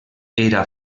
era